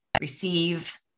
receive